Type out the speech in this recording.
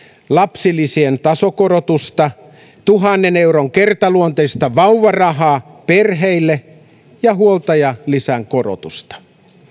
lapsilisien tasokorotusta tuhannen euron kertaluonteista vauvarahaa perheille ja huoltajalisän korotusta